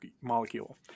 molecule